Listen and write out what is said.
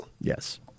Yes